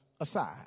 aside